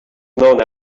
known